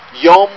Yom